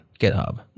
github